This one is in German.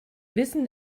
wissen